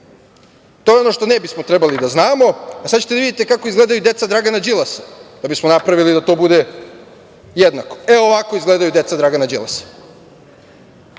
To je ono što ne bismo trebali da znamo, a sad ćete da vidite kako izgledaju deca Dragana Đilasa, da bismo napravili da to bude jednako. Evo ovako izgledaju deca Dragana Đilasa,